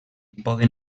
poden